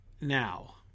Now